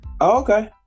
okay